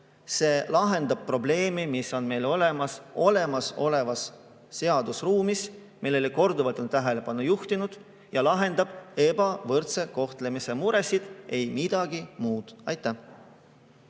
See lahendab probleemi, mis on meil olemasolevas seadusruumis ja millele on korduvalt tähelepanu juhitud. Eelnõu lahendab ebavõrdse kohtlemise muresid, ei midagi muud. Aitäh!